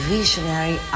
Visionary